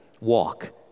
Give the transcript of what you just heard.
walk